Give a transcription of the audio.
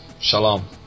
shalom